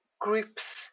groups